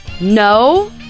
No